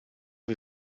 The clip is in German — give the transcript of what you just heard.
wie